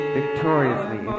victoriously